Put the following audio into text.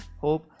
hope